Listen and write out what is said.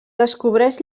descobreix